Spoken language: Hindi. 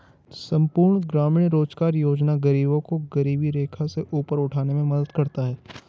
संपूर्ण ग्रामीण रोजगार योजना गरीबों को गरीबी रेखा से ऊपर उठाने में मदद करता है